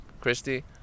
Christy